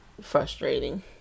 frustrating